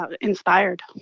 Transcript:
inspired